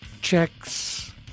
checks